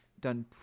done